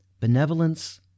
benevolence